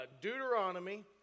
Deuteronomy